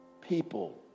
people